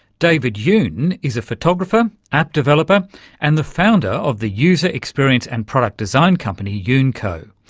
david yoon is a photographer, app developer and the founder of the user-experience and product design company yoonco.